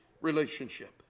relationship